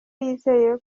yizeye